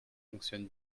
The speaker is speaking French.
fonctionne